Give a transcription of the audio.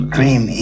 Dream